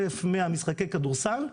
1,100 משחקי כדורסל,